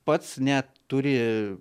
pats net turi